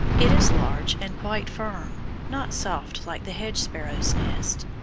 it is large and quite firm, not soft like the hedge-sparrows nest.